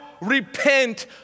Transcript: Repent